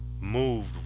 moved